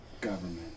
Government